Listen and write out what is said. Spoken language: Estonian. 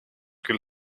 küll